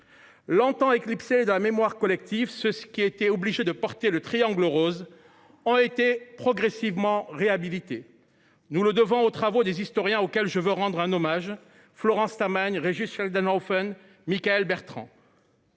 Longtemps éclipsés dans la mémoire collective, ceux qui étaient obligés de porter le triangle rose ont été progressivement réhabilités. Nous le devons aux travaux des historiens Florence Tamagne, Régis Schlagdenhauffen et Mickaël Bertrand,